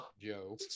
Joe